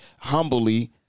humbly